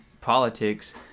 politics